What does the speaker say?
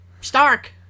Stark